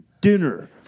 dinner